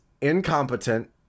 incompetent